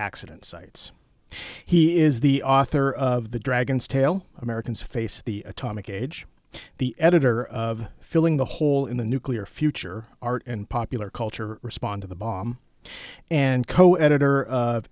accident sites he is the author of the dragon's tail americans face the atomic age the editor of filling the hole in the nuclear future art and popular culture respond to the bomb and coeditor